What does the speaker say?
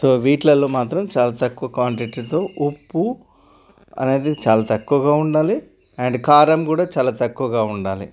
so వీటిలల్లో మాత్రం చాలా తక్కువ క్వాంటిటీతో ఉప్పు అనేది చాలా తక్కువగా ఉండాలి అండ్ కారం కూడా చాలా తక్కువగా ఉండాలి